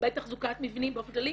תחזוקת מבנים באופן כללי